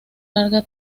larga